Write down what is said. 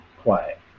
quiet